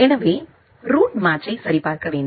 எனவே ரூட் மேட்ச்யை சரிபார்க்க வேண்டும்